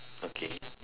okay